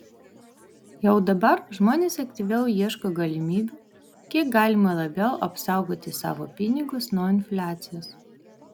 jau dabar žmonės aktyviau ieško galimybių kiek galima labiau apsaugoti savo pinigus nuo infliacijos